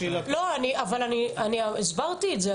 לא, אבל אני הסברתי את זה.